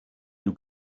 you